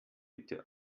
bitte